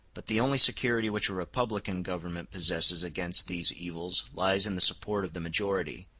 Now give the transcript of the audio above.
but the only security which a republican government possesses against these evils lies in the support of the majority.